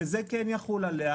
וזה כן יחול עליה,